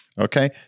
okay